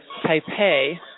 Taipei